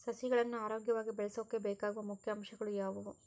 ಸಸಿಗಳನ್ನು ಆರೋಗ್ಯವಾಗಿ ಬೆಳಸೊಕೆ ಬೇಕಾಗುವ ಮುಖ್ಯ ಅಂಶಗಳು ಯಾವವು?